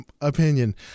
opinion